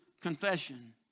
confession